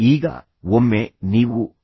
ಈಗ ಅವರೊಂದಿಗೆ ಪ್ರತ್ಯೇಕತೆಯ ಫಲಿತಾಂಶಗಳನ್ನು ಚರ್ಚಿಸಿ